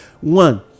One